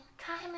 Time